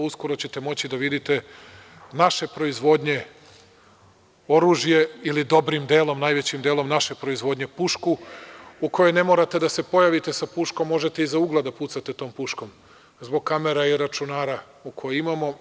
Uskoro ćete moći da vidite naše proizvodnje oružje, ili dobrim delom, najvećim delom, naše proizvodnje, pušku, u kojoj ne morate da se pojavite sa puškom, možete iza ugla da pucate tom puškom, zbog kamera i računara koji imamo.